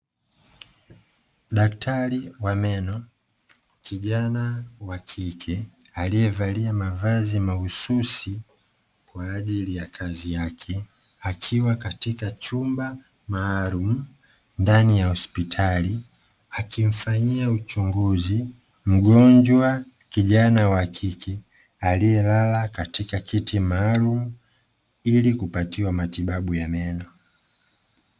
Daktalin wa meno, kijana wa kike alie valia mavazi maghususi kwa ajili ya kazi yake, akiwa katika chumba maalumu ndani ya hosptali, akimfanyia uchunguzi mgonjwa kijana wa kike alie lala katika kiti maalumu ili kupatiwa matibabu ya meno.